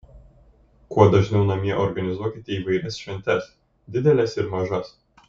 kuo dažniau namie organizuokite įvairias šventes dideles ir mažas